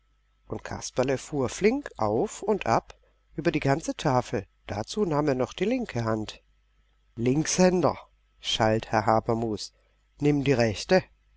und kasperle fuhr flink auf und ab über die ganze tafel dazu nahm er noch die linke hand linkshänder schalt herr habermus nimm die rechte